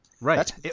right